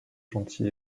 gentil